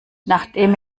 nachdem